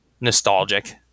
nostalgic